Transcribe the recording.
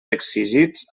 exigits